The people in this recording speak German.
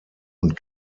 und